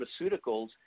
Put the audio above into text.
pharmaceuticals